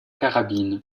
carabine